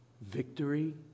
Victory